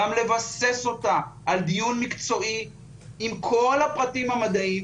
גם לבסס אותה על דיון מקצועי עם כל הפרטים המדעיים.